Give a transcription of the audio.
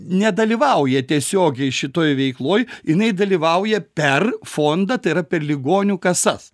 nedalyvauja tiesiogiai šitoj veikloj jinai dalyvauja per fondą tai yra per ligonių kasas